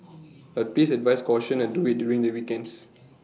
but please advise caution and do IT during the weekends